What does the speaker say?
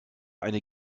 eine